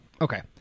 Okay